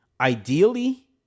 ideally